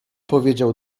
powiedział